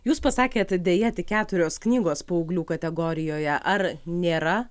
jūs pasakėt deja tik keturios knygos paauglių kategorijoje ar nėra